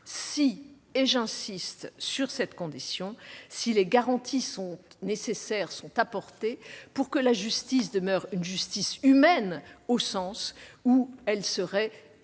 si- et j'insiste sur cette condition -, les garanties nécessaires sont apportées pour que la justice demeure « humaine », au sens où elle nécessiterait